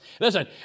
Listen